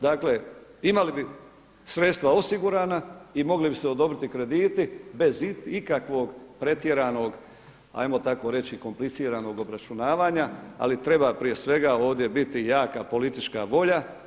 Dakle imali bi sredstva osigurana i mogli bi se odobriti krediti bez ikakvog pretjeranog ajmo tako reći kompliciranog obračunavanja ali treba prije svega ovdje biti jaka politička volja.